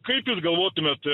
kaip jūs galvotumėt